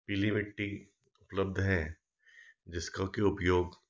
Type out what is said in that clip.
पीली मिट्टी उपलब्ध हैं जिसका कि उपयोग